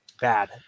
bad